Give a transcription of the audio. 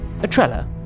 Atrella